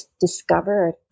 discovered